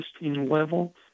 level